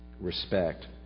respect